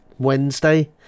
Wednesday